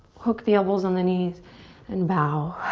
hook the elbows on the knees and bow.